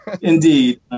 indeed